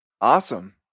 Awesome